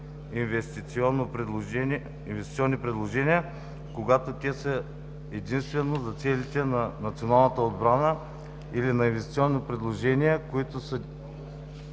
инвестиционни предложения, когато те са единствено за целите на националната отбрана, или на инвестиционни предложения, които са